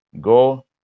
go